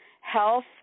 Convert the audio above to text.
health